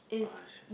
!wah! she